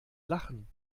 lachen